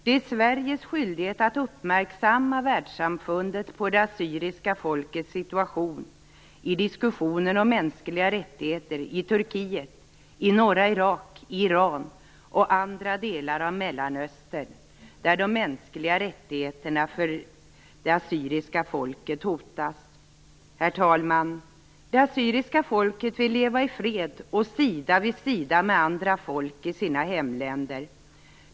Det är Sveriges skyldighet att uppmärksamma världssamfundet på det assyriska folkets situation i diskussionen om mänskliga rättigheter i Turkiet, i norra Irak, i Iran och i andra delar av Mellanöstern där de mänskliga rättigheterna för det assyriska folket hotas. Herr talman! Det assyriska folket vill leva i fred och sida vid sida med andra folk i sina hemländer.